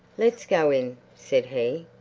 let's go in, said he.